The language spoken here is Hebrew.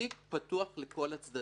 התיק פתוח לכל הצדדים,